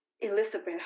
elizabeth